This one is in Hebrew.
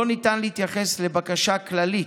לא ניתן להתייחס לבקשה כללית.